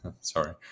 Sorry